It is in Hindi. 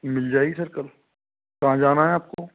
मिल जाएगी सर कब कहाँ जाना है आपको